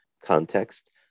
context